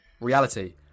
Reality